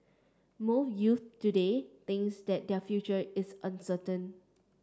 most youths today think that their future is uncertain